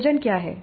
प्रयोजन क्या है